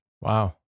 Wow